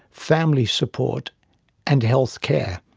family support and health care.